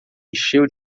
encheu